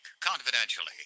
confidentially